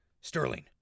Sterling